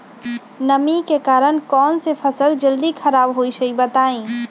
नमी के कारन कौन स फसल जल्दी खराब होई छई बताई?